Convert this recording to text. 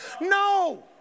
No